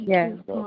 Yes